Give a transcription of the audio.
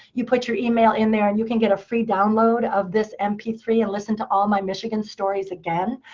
you put your email in there, and you can get a free download of this m p three, and listen to all my michigan stories again.